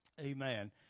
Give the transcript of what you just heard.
Amen